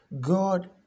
God